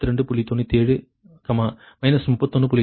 97 31